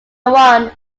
one